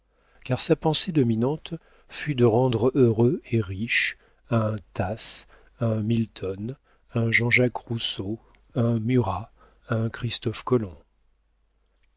car sa pensée dominante fut de rendre heureux et riche un tasse un milton un jean-jacques rousseau un murat un christophe colomb